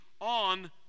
on